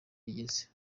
igeze